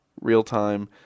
real-time